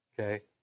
okay